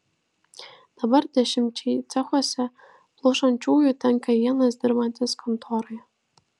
dabar dešimčiai cechuose plušančiųjų tenka vienas dirbantis kontoroje